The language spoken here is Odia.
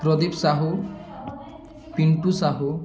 ପ୍ରଦୀପ ସାହୁ ପିଣ୍ଟୁ ସାହୁ